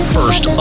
First